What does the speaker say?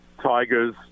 Tiger's